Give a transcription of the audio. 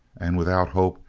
and without hope,